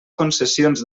concessions